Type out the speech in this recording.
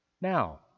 Now